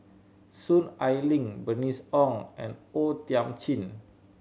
Soon Ai Ling Bernice Ong and O Thiam Chin